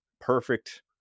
perfect